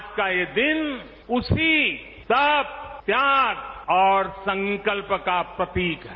आज का ये दिन उसी तप त्याग और संकल्प का प्रतीक है